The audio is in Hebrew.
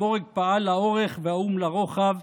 הבורג פעל לאורך והאום לרוחב,